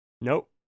Nope